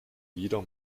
wieder